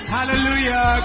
Hallelujah